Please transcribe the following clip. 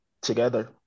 together